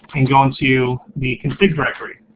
and go into the config directory,